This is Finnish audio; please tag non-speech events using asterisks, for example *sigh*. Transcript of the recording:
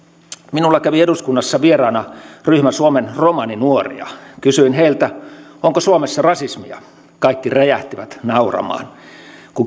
minulla kävi eduskunnassa vieraana ryhmä suomen romaninuoria kysyin heiltä onko suomessa rasismia kaikki räjähtivät nauramaan kun *unintelligible*